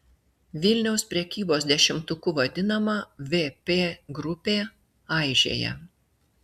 vilniaus prekybos dešimtuku vadinama vp grupė aižėja